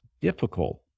difficult